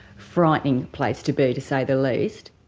frightening place to be to say the least.